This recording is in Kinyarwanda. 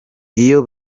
iyo